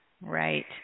Right